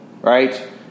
right